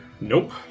Nope